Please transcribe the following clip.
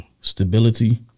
Stability